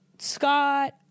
Scott